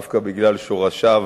דווקא בגלל שורשיו